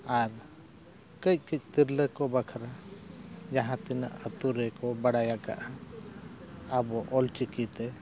ᱟᱨ ᱠᱟᱹᱡ ᱠᱟᱹᱡ ᱛᱤᱨᱞᱟᱹ ᱠᱚ ᱵᱟᱠᱷᱨᱟ ᱡᱟᱦᱟᱸ ᱛᱤᱱᱟᱹᱜ ᱟᱛᱳ ᱨᱮᱠᱚ ᱵᱟᱲᱟᱭ ᱟᱠᱟᱫᱟ ᱟᱵᱚ ᱚᱞᱪᱤᱠᱤᱛᱮ